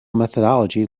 methodology